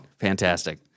fantastic